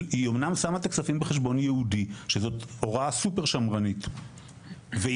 אמנם שמה את הכספים בחשבון ייעודי שזו הוראה סופר שמרנית והיא